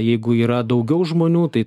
jeigu yra daugiau žmonių tai